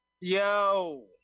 Yo